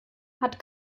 hat